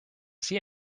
see